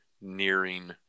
nearing